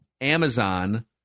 Amazon